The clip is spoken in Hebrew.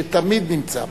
שתמיד נמצא פה.